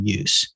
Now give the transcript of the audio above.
use